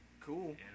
Cool